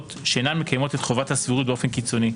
שאינן מקיימות את חובת הסבירות באופן קיצוני,